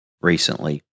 recently